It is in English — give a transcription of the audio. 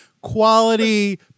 quality